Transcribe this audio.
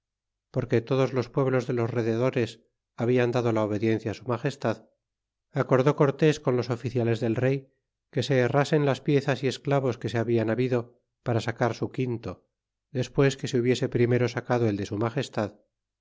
porque todos los pueblos de los rededores habían dado la obediencia á su magestad acordó cortés con los oficiales del rey que se herrasen las piezas y esclavos que se habian habido para sacar su quinto despues que se hubiese primero sacado el de su magestad